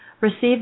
received